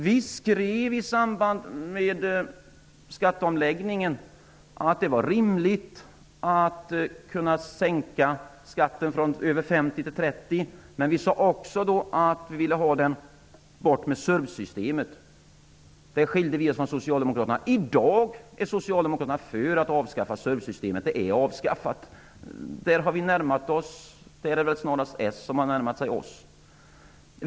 Vi skrev i samband med skatteomläggningen att det var rimligt att sänka skatten från över 50 % till 30 %, men vi sade också då att vi ville ha bort SURV-systemet. Där skilde vi oss från Socialdemokraterna. I dag är Socialdemokraterna för att avskaffa SURV-systemet, och det är också avskaffat. Där är det snarast Socialdemokraterna som har närmat sig oss.